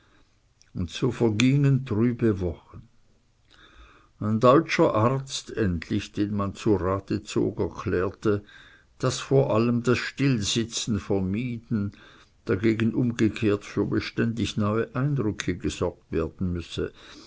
und so vergingen trübe wochen ein deutscher arzt endlich den man zu rate zog erklärte daß vor allem das stillsitzen vermieden dagegen umgekehrt für beständig neue eindrücke gesorgt werden müsse